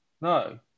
No